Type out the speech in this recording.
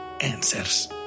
answers